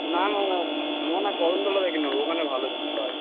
না না না না না কদমতলা থেকে নাবো ওখানে ভালো জিনিস পাওয়া যায়